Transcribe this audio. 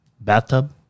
bathtub